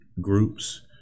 groups